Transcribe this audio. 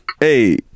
Hey